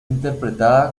interpretada